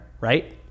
right